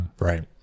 right